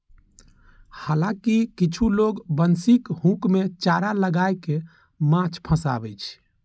हालांकि किछु लोग बंशीक हुक मे चारा लगाय कें माछ फंसाबै छै